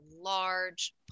large